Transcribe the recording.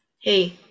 hey